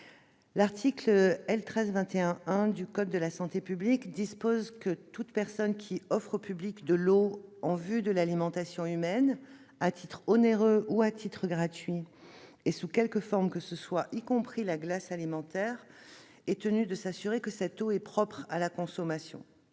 L'article L.1321-1 du code de la santé publique dispose :« Toute personne qui offre au public de l'eau en vue de l'alimentation humaine, à titre onéreux ou à titre gratuit et sous quelque forme que ce soit, y compris la glace alimentaire, est tenue de s'assurer que cette eau est propre à la consommation.